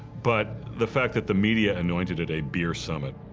but the fact that the media anointed it a beer summit.